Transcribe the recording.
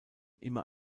immer